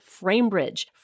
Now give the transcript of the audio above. FrameBridge